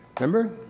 Remember